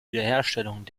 wiederherstellung